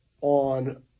on